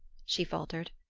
she faltered.